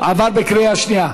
עבר בקריאה שנייה.